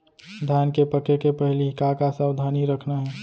धान के पके के पहिली का का सावधानी रखना हे?